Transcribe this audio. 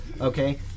okay